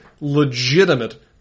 legitimate